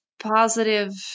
positive